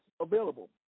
available